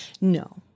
No